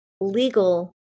legal